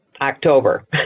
October